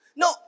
no